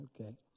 Okay